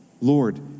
Lord